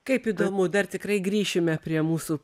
kaip įdomu dar tikrai grįšime prie mūsų